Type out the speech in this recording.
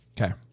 Okay